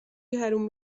حروم